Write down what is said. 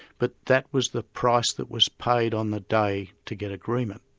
but that was the price that was paid on the day to get agreement,